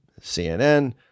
CNN